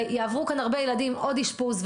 ויעברו כאן הרבה ילדים עוד אשפוז,